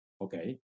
okay